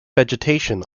vegetation